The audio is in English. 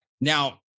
Now